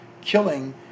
killing